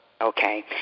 Okay